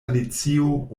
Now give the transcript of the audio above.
alicio